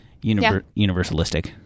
universalistic